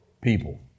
people